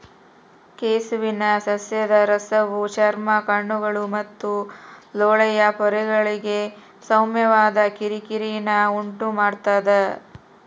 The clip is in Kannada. ಕೆಸುವಿನ ಸಸ್ಯದ ರಸವು ಚರ್ಮ ಕಣ್ಣುಗಳು ಮತ್ತು ಲೋಳೆಯ ಪೊರೆಗಳಿಗೆ ಸೌಮ್ಯವಾದ ಕಿರಿಕಿರಿನ ಉಂಟುಮಾಡ್ತದ